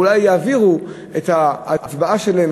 אולי הם יעבירו את ההצבעה שלהם,